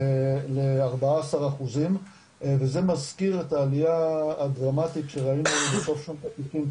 ל-14 אחוזים וזה מזכיר את העלייה הדרמטית שראינו בסוף שנות התשעים,